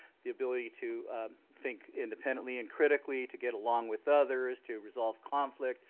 the ability to think independently and critically to get along with others, to resolve conflict,